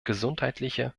gesundheitliche